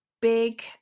big